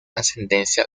ascendencia